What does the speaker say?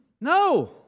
No